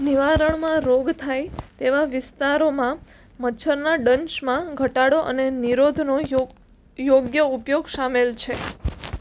નિવારણમાં રોગ થાય તેવા વિસ્તારોમાં મચ્છરના ડંશમાં ઘટાડો અને નિરોધનો યોગ યોગ્ય ઉપયોગ સામેલ છે